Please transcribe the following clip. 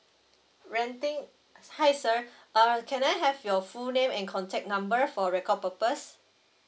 renting hi sir uh can I have your full name and contact number for record purpose